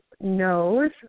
knows